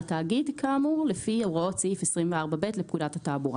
התאגיד כאמור לפי הוראות סעיף 27ב לפקודת התעבורה.